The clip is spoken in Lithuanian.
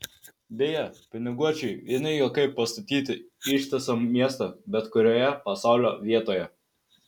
beje piniguočiui vieni juokai pastatyti ištisą miestą bet kurioje pasaulio vietoje